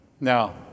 Now